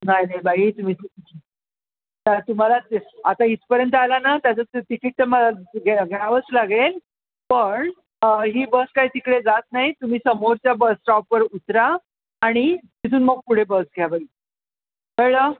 नाही नाही बाई तुम्ही खूप तुम्हाला दिस आता इथपर्यंत आला ना त्याचं तं टिकीट तर मग घ्या घ्यावंच लागेल पण ही बस काही तिकडे जात नाही तुम्ही समोरच्या बस स्टॉपवर उतरा आणि तिथून मग पुढे बस घ्या कळलं